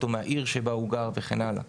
מהעיר שבו הוא גר וכן הלאה.